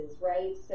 right